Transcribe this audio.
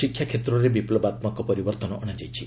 ଶିକ୍ଷା କ୍ଷେତ୍ରରେ ବିପ୍ଳବାତ୍ମକ ପରିବର୍ତ୍ତନ ଅଣାଯାଇଛି